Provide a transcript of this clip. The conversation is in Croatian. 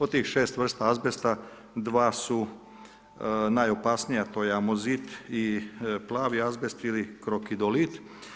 Od tih 6 vrsta azbesta, 2 su najopasnija, to je amozit i plavi azbest ili krokidolit.